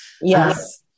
yes